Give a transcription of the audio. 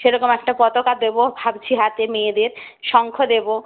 সেরকম একটা পতাকা দেবো ভাবছি হাতে মেয়েদের শঙ্খ দেবো